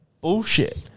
bullshit